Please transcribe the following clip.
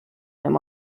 him